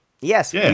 Yes